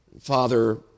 Father